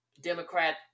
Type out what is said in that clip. Democrat